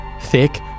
Thick